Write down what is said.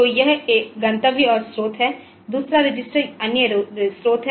तो यह गंतव्य और स्रोत है और दूसरा रजिस्टर अन्य स्रोत है